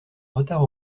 retard